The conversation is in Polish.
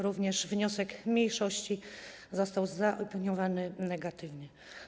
Również wniosek mniejszości został zaopiniowany negatywnie.